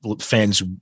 fans